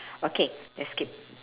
okay let's skip